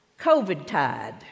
COVID-tide